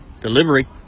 delivery